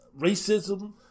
racism